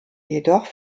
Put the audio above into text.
jedoch